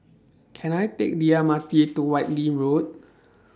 Can I Take The M R T to Whitley Road